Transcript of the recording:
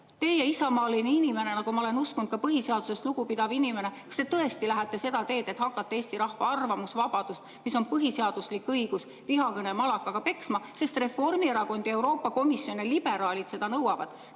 Teie, isamaaline inimene, nagu ma olen uskunud, ka põhiseadusest lugu pidav inimene, kas te tõesti lähete seda teed, et hakkate Eesti rahva arvamusvabadust, mis on põhiseaduslik õigus, vihakõnemalakaga peksma, sest Reformierakond, Euroopa Komisjon ja liberaalid seda nõuavad?